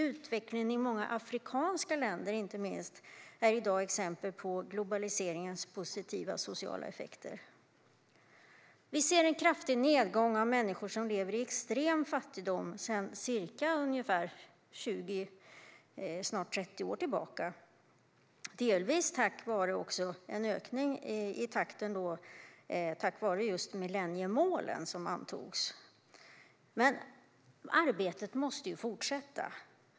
Utvecklingen i inte minst många afrikanska länder är i dag exempel på globaliseringens positiva sociala effekter. Jämfört med för 20-30 år sedan ser vi en kraftig nedgång av antalet människor som lever i extrem fattigdom, detta delvis tack vare milleniemålen. Men arbetet måste fortsätta.